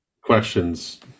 questions